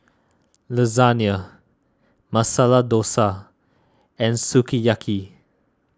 Lasagne Masala Dosa and Sukiyaki